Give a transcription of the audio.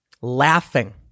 laughing